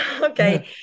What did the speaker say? Okay